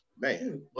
Man